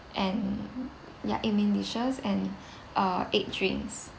and ya eight main dishes and uh eight drinks